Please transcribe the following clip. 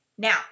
Now